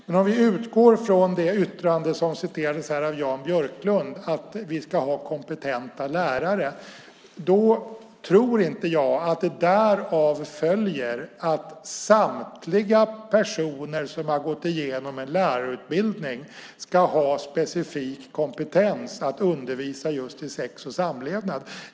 Men om vi utgår från det yttrande av Jan Björklund som citerades här om att vi ska ha kompetenta lärare tror jag inte att det därav följer att samtliga personer som har gått igenom en lärarutbildning ska ha specifik kompetens att undervisa i just sex och samlevnad.